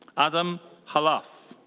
adam khalaf.